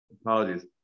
Apologies